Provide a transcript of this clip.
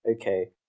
okay